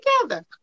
together